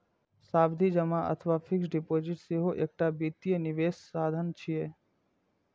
सावधि जमा अथवा फिक्स्ड डिपोजिट सेहो एकटा वित्तीय निवेशक साधन छियै